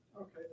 Okay